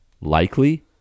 likely